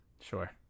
Sure